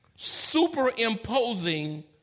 superimposing